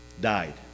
died